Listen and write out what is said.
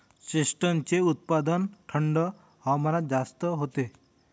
चेस्टनटचे उत्पादन थंड हवामानात जास्त होते